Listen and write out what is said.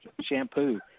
shampoo